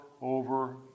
over